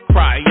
Cry